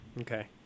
Okay